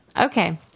Okay